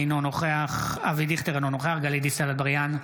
אינו נוכח טלי גוטליב,